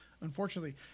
unfortunately